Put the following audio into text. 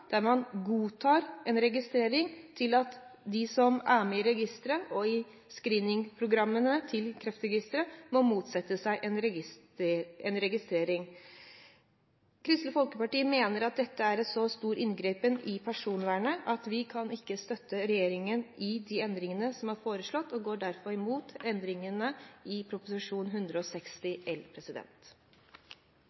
der man godtar en registrering til at de som er med i registeret og i screeningprogrammene til Kreftregisteret, må motsette seg en registrering. Kristelig Folkeparti mener at dette er en så stor inngripen i personvernet at vi ikke kan støtte regjeringen i de endringene som er foreslått, og vi går derfor imot endringene i Prop. 160